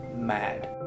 mad